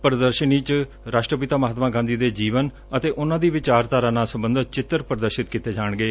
ਪ੍ਰਦਰਸ਼ਨੀ ਚ ਰਾਸ਼ਟਰਪਿਤਾ ਮਹਾਤਮਾ ਗਾਂਧੀ ਦੇ ਜੀਵਨ ਅਤੇ ਉਨ੍ਨਾਂ ਦੀ ਵਿਚਾਰਧਾਰਾ ਨਾਲ ਸਬੰਧਤ ਚਿੱਤਰ ਪ੍ਰਦਰਸ਼ਿਤ ਕੀਤੇ ਜਾਣਗੇ